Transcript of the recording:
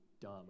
dumb